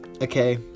okay